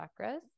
chakras